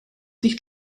nicht